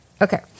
Okay